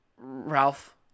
Ralph